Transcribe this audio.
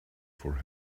for